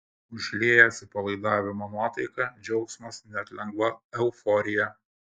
užlieja atsipalaidavimo nuotaika džiaugsmas net lengva euforija